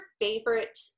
favorite